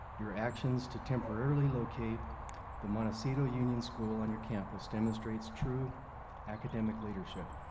your actions to temporarily locate the montecito union school on your campus demonstrates true academic leadership.